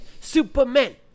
Superman